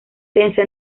tensa